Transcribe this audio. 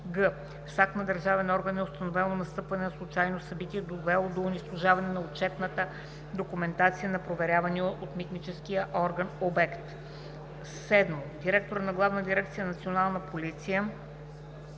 с акт на държавен орган е установено настъпването на случайно събитие, довело до унищожаване на отчетната документация на проверявания от митническия орган обект; 7. директора на Главна дирекция „Национална полиция“